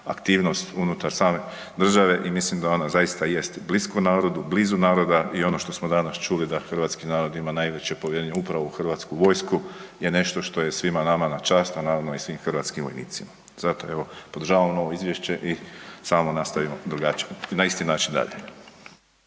aktivnost unutar same države i mislim da ona zaista jest blisko narodu, blizu naroda i ono što smo danas čuli, da hrvatski narod ima najveće povjerenje upravo u HV je nešto što je svima nama na čast, a naravno i svih hrvatskim vojnicima. Zato evo, podržavam ovo Izvješće i samo nastavimo na isti način dalje.